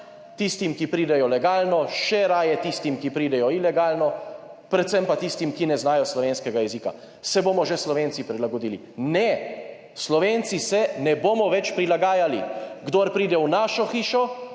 tistim, ki pridejo legalno, še raje tistim, ki pridejo ilegalno, predvsem pa tistim, ki ne znajo slovenskega jezika. Se bomo že Slovenci prilagodili. Ne, Slovenci se ne bomo več prilagajali! Kdor pride v našo hišo,